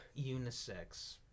Unisex